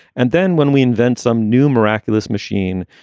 and then when we invent some new miraculous machine,